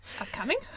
upcoming